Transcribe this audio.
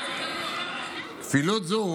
כפילות זו